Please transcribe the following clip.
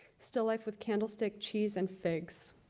still life with candle stick, cheese, and figs.